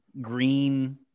green